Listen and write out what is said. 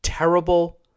Terrible